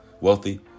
wealthy